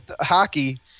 hockey